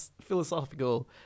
philosophical